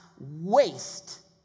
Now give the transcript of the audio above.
waste